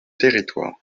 territoires